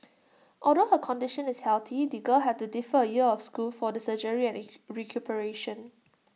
although her condition is healthy the girl had to defer A year of school for the surgery and recuperation